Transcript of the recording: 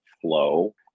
flow